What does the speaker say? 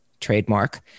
trademark